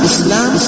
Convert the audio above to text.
Islam